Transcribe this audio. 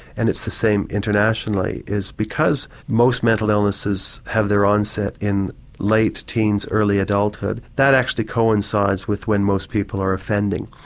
and it's the same internationally, is because most mental illnesses have their onset in late teens, early adulthood, that actually coincides with when most people are offending.